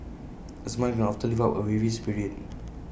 A smile can often lift up A weary spirit